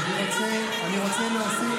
אני רוצה להוסיף,